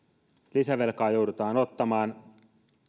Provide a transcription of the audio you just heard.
lisävelkaa joudutaan ottamaan